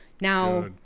Now